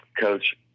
Coach